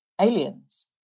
aliens